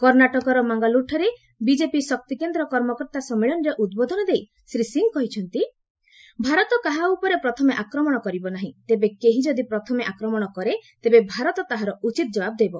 କର୍ଷ୍ଣାଟକର ମାଙ୍ଗାଲୁରୁଠାରେ ବିକେପି ଶକ୍ତିକେନ୍ଦ୍ର କର୍ମକର୍ତ୍ତା ସମ୍ମିଳନୀରେ ଉଦ୍ବୋଧନ ଦେଇ ଶ୍ରୀ ସିଂ କହିଛନ୍ତି ଭାରତ କାହା ଉପରେ ପ୍ରଥମେ ଆକ୍ରମଣ କରିବ ନାହିଁ ତେବେ କେହି ଯଦି ପ୍ରଥମେ ଆକ୍ରମଣ କରେ ତେବେ ଭାରତ ତାହାର ଉଚିତ ଜବାବ୍ ଦେବ